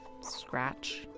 scratch